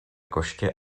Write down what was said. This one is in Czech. koště